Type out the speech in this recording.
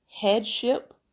headship